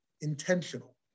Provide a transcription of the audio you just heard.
intentional